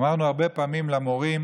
אמרנו הרבה פעמים למורים